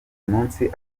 munsi